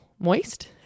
moist